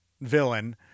villain